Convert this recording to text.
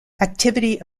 activity